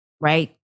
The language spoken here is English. right